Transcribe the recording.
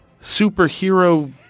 Superhero